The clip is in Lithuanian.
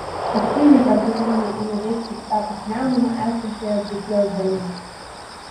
aktyviai partizanai ėmė veikti kitapus nemuno esančioje dzūkijos dalyje